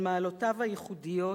אבל מעלותיו הייחודיות